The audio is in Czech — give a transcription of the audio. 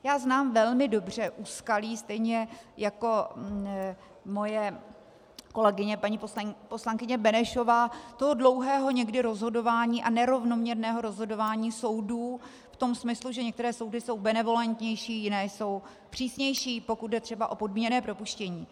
Já znám velmi dobře úskalí, stejně jako moje kolegyně paní poslankyně Benešová, toho dlouhého někdy rozhodování a nerovnoměrného rozhodování soudů v tom smyslu, že některé soudy jsou benevolentnější, jiné jsou přísnější, pokud jde třeba o podmíněné propuštění.